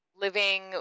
living